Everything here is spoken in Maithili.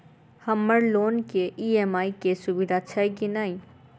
हम्मर लोन केँ ई.एम.आई केँ सुविधा छैय की नै?